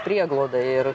prieglaudai ir